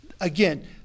Again